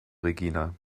regina